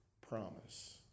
promise